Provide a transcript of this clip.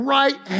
right